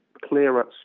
clearer